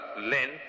lent